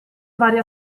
vari